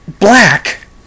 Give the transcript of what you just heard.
Black